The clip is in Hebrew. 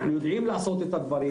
אנחנו יודעים לעשות את הדברים,